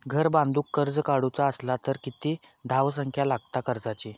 घर बांधूक कर्ज काढूचा असला तर किती धावसंख्या लागता कर्जाची?